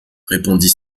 répondit